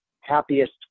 happiest